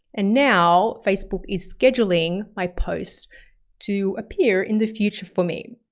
and now facebook is scheduling my post to appear in the future for me.